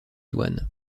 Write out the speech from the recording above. douanes